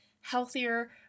healthier